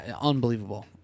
unbelievable